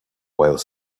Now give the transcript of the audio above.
while